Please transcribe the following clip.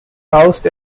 housed